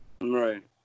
Right